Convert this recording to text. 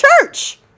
church